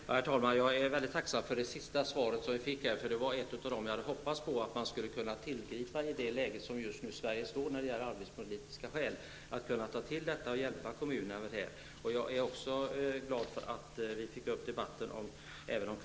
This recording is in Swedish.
Herr talman! Jag är mycket tacksam för det sista beskedet. Det var en av de åtgärder jag hade hoppats att man i det arbetsmarknadspolitiska läge som Sverige just nu befinner sig i skulle kunna tillgripa för att hjälpa kommunerna. Jag är också glad över att kustbevakningen togs upp i debatten.